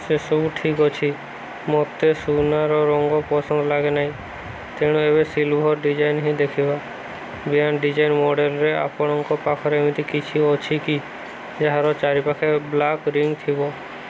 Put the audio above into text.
ସେସବୁ ଠିକ୍ ଅଛି ମୋତେ ସୁନାର ରଙ୍ଗ ପସନ୍ଦ ଲାଗେ ନାହିଁ ତେଣୁ ଏବେ ସିଲ୍ଭର୍ ଡିଜାଇନ୍ ହିଁ ଦେଖିବା ବ୍ୟାଣ୍ଡ୍ ଡିଜାଇନ୍ ମଡ଼େଲ୍ରେ ଆପଣଙ୍କ ପାଖରେ ଏମିତି କିଛି ଅଛି କି ଯାହାର ଚାରିପାଖେ ବ୍ଲାକ୍ ରିଙ୍ଗ୍ ଥିବ